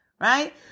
right